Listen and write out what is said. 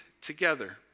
together